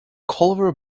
culver